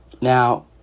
Now